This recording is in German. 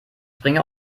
bringe